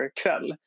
kväll